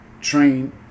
train